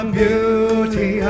beauty